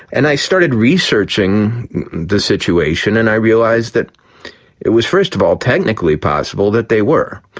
and i started researching the situation and i realised that it was first of all technically possible that they were.